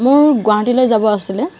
মোৰ গুৱাহাটীলৈ যাব আছিলে